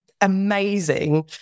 amazing